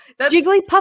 Jigglypuff